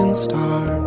star